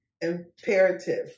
Imperative